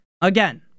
again